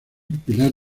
pilar